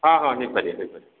ହଁ ହଁ ନେଇପାରିବେ ନେଇପାରିବେ